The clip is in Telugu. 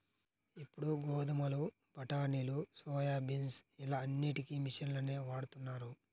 ఇప్పుడు గోధుమలు, బఠానీలు, సోయాబీన్స్ ఇలా అన్నిటికీ మిషన్లనే వాడుతున్నారు